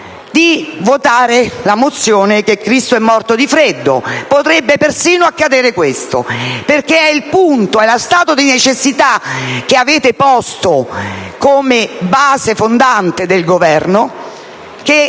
di votare la mozione che dica che Cristo è morto di freddo! Potrebbe persino accadere questo. È lo stato di necessità, che avete posto come base fondante del Governo, che